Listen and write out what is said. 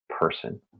person